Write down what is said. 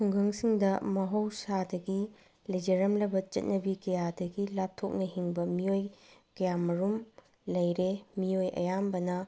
ꯈꯨꯡꯒꯪꯁꯤꯡꯗ ꯃꯍꯧꯁꯥꯗꯒꯤ ꯂꯩꯖꯔꯝꯂꯕ ꯆꯠꯅꯕꯤ ꯀꯌꯥꯗꯒꯤ ꯂꯥꯞꯊꯣꯛꯅ ꯍꯤꯡꯕ ꯃꯤꯑꯣꯏ ꯀꯌꯥ ꯃꯔꯨꯝ ꯂꯩꯔꯦ ꯃꯤꯑꯣꯏ ꯑꯌꯥꯝꯕꯅ